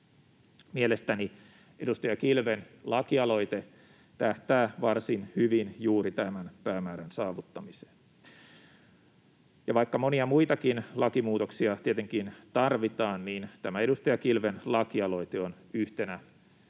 Mielestäni edustaja Kilven lakialoite tähtää varsin hyvin juuri tämän päämäärän saavuttamiseen. Vaikka monia muitakin lakimuutoksia tietenkin tarvitaan, niin tämä edustaja Kilven lakialoite yhtenä